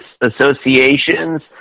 associations